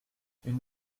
une